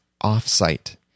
off-site